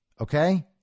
Okay